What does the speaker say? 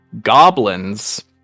goblins